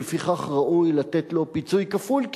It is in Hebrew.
ולפיכך ראוי לתת לו פיצוי כפול,